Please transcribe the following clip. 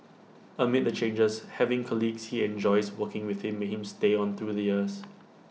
amid the changes having colleagues he enjoys working with made him stay on through the years